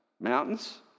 Mountains